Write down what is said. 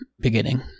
beginning